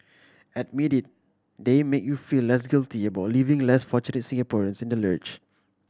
admit it they make you feel less guilty about leaving less fortunate Singaporeans in the lurch